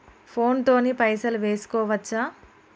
Phone తోని పైసలు వేసుకోవచ్చా?